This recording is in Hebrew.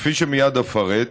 כפי שמייד אפרט,